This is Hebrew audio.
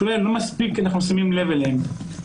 שאולי לא מספיק אנחנו שמים לב אליהם,